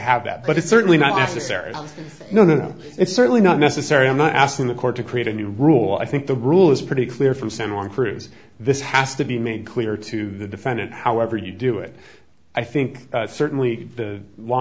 have that but it's certainly not necessary no no it's certainly not necessary i'm not asking the court to create a new rule i think the rule is pretty clear from san juan cruz this has to be made clear to the defendant however you do it i think certainly the law